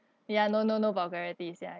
ya no no no vulgarities ya